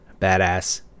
badass